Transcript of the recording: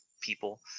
people